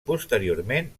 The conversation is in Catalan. posteriorment